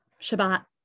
Shabbat